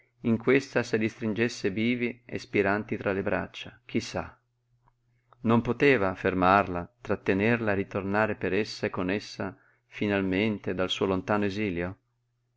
in questa se li stringesse vivi e spiranti tra le braccia chi sa non poteva fermarla trattenerla e ritornare per essa e con essa finalmente dal suo lontano esilio